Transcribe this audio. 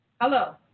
Hello